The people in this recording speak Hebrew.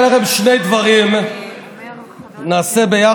(חברת הכנסת מאי גולן יוצאת מאולם המליאה.) שני דברים נעשה ביחד.